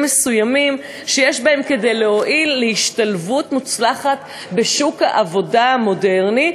מסוימים שיש בהם כדי להועיל להשתלבות מוצלחת בשוק העבודה המודרני",